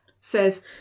says